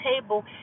table